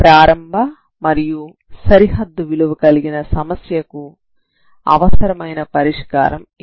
ప్రారంభ మరియు సరిహద్దు విలువ కలిగిన సమస్యకు అవసరమైన పరిష్కారం ఇదే